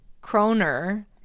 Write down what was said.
kroner